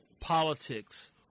politics